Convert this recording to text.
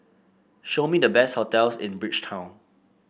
show me the best hotels in Bridgetown